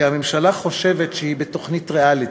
כי הממשלה חושבת שהיא בתוכנית ריאליטי,